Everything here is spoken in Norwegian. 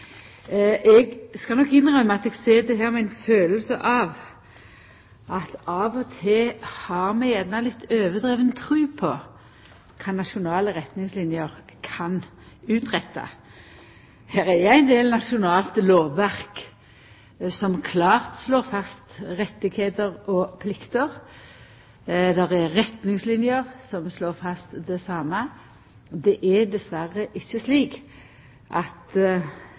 Eg skal innrømma at eg sit her med ei kjensle av at av og til har vi overdriven tru på kva nasjonale retningslinjer kan utretta. Det er ein del nasjonalt lovverk som klart slår fast rettar og plikter – det er retningslinjer som slår fast det same. Det er dessverre ikkje slik at